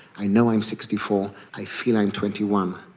i know i'm sixty four, i feel i'm twenty one.